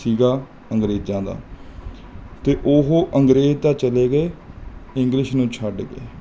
ਸੀਗਾ ਅੰਗਰੇਜ਼ਾਂ ਦਾ ਅਤੇ ਉਹ ਅੰਗਰੇਜ਼ ਤਾਂ ਚਲੇ ਗਏ ਇੰਗਲਿਸ਼ ਨੂੰ ਛੱਡ ਗਏ